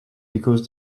because